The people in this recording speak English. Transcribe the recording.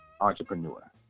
entrepreneur